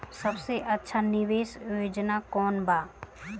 सबसे अच्छा निवेस योजना कोवन बा?